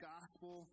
Gospel